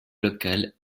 local